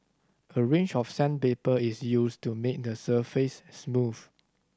a range of sandpaper is used to make the surface smooth